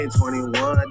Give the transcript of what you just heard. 21